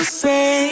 say